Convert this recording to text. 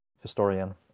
historian